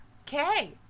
Okay